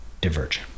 diverge